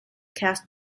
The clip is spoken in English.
cast